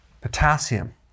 Potassium